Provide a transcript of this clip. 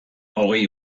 hogei